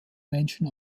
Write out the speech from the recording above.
menschen